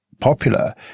popular